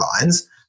lines